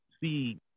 see